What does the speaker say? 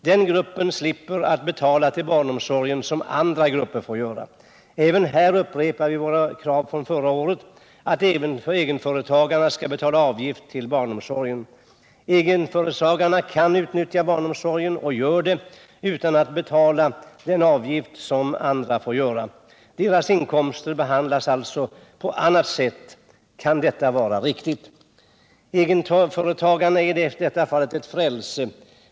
Den gruppen slipper betala till barnomsorgen som andra grupper får göra. Även här upprepar vi våra krav från förra året att egenföretagarna skall betala avgift till barnomsorgen. Egenföretagarna kan utnyttja barnomsorgen — och gör det - utan att betala den avgift som andra får erlägga. Deras inkomster behandlas alltså på annat sätt än andras. Kan detta vara riktigt? Egenföretagarna är i detta fall ett frälse.